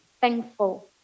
thankful